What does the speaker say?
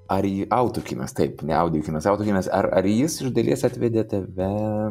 ar į autokinas taip ne audiokinas ar jis iš dalies atvedė tave